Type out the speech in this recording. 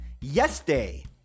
yesterday